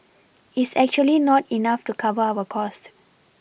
is actually not enough to cover our cost